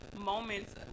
moments